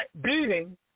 beating